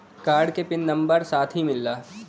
Card के pin number number साथही मिला?